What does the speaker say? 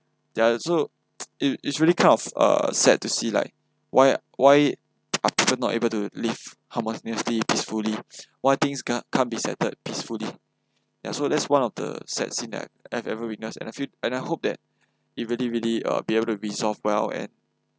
ya so it it's really kind of uh sad to see like why why are people not able to live harmoniously peacefully why things ca~ can't be settled peacefully ya so that's one of the sad scene that I've have ever witnessed and I feel and I hope that it really really uh be able to resolve well and